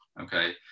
okay